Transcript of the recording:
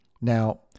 Now